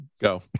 Go